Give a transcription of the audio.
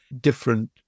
different